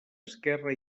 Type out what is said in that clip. esquerra